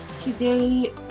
Today